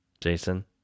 Jason